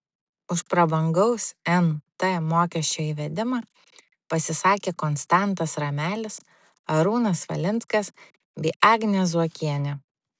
už prabangaus nt mokesčio įvedimą pasisakė konstantas ramelis arūnas valinskas bei agnė zuokienė